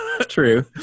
True